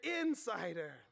insider